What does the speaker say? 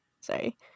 Sorry